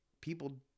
People